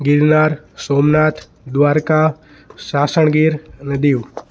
ગીરનાર સોમનાથ દ્રારકા સાસણ ગીર અને દીવ